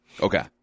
Okay